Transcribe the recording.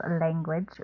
language